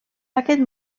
aquest